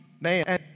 man